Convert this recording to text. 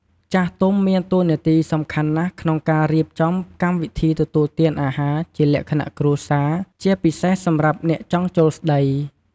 ចាស់ទុំមានតួនាទីសំខាន់ណាស់ក្នុងការរៀបចំកម្មវិធីទទួលទានអាហារជាលក្ខណៈគ្រួសារ ជាពិសេសសម្រាប់អ្នកចង់ចូលស្តី។